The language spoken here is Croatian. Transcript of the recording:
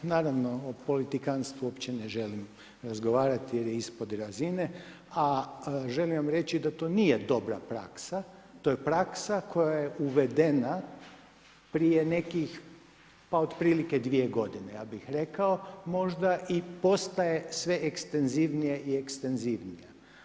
Naravnao o politikantstvu uopće ne želim razgovarati jer je ispod razine, a želim vam reći da to nije dobra praksa, to je praksa, koja je uvedena prije nekih pa otprilike 2 g. ja bi rekao, možda i postaje sve ekstenzivnima i ekstenzivnima.